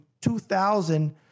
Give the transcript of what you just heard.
2000